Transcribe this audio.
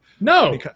No